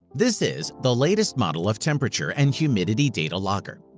this is the latest model of temperature and humidity data logger.